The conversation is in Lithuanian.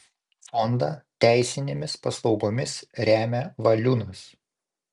fondą teisinėmis paslaugomis remia valiunas